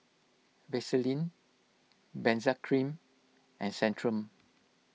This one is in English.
Vaselin Benzac Cream and Centrum